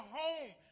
home